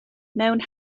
mewn